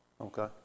Okay